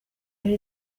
yari